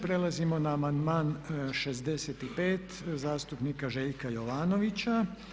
Prelazimo na amandman 65. zastupnika Željka Jovanovića.